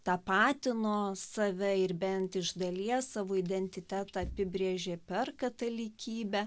tapatino save ir bent iš dalies savo identitetą apibrėžė per katalikybę